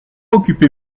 occupez